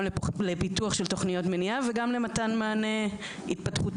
גם לפיתוח של תוכניות מניעה וגם למתן מענה התפתחותי,